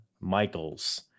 Michaels